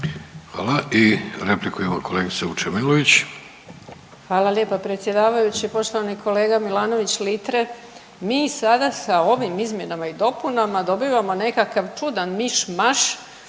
Vesna (Hrvatski suverenisti)** Hvala lijepa predsjedavajući. Poštovani kolega Milanović Litre mi sada sa ovim izmjenama i dopunama dobivamo nekakav čudan miš maš